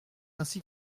ainsi